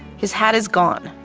his hat is gone.